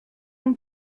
mon